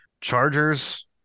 Chargers